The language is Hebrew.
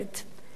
לעולם,